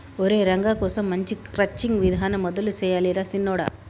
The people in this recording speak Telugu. ఒరై రంగ కోసం మనం క్రచ్చింగ్ విధానం మొదలు సెయ్యాలి రా సిన్నొడా